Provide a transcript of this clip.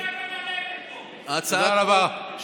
תודה רבה.